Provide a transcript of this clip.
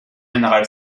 général